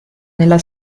nella